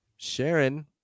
Sharon